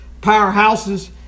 powerhouses